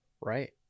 right